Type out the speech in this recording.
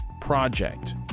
Project